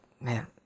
man